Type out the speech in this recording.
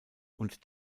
und